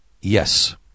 yes